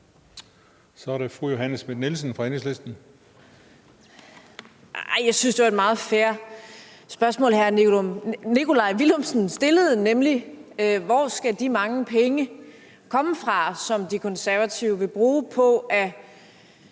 Kl. 19:41 Johanne Schmidt-Nielsen (EL): Jeg synes, det var et meget fair spørgsmål, hr. Nikolaj Villumsen stillede, nemlig hvor de mange penge, som De Konservative vil bruge på at